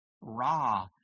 raw